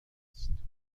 است